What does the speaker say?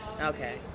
Okay